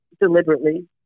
deliberately